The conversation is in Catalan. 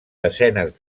desenes